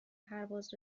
پرواز